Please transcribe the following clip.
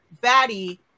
Batty